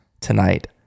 tonight